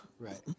Right